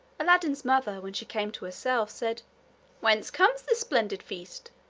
aladdin's mother, when she came to herself, said whence comes this splendid feast?